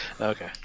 okay